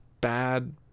bad